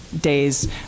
days